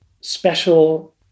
special